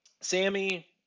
Sammy